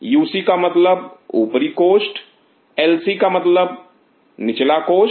UC का मतलब ऊपरी कोष्ठ एलसी का मतलब निचला कोष्ठ